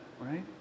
right